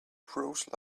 crows